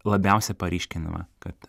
labiausia paryškinama kad